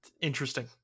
interesting